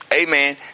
Amen